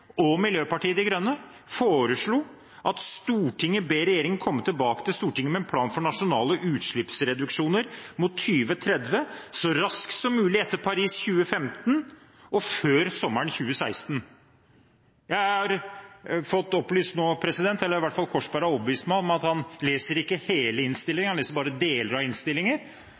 og Miljøpartiet De Grønne, forslag om at «Stortinget ber regjeringen komme til Stortinget med en plan for nasjonale utslippsreduksjoner mot 2030 så raskt som mulig etter «Paris 2015», og før sommeren 2016.» Korsberg har nå overbevist meg om at han ikke leser hele innstillinger, han leser bare deler av innstillinger,